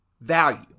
value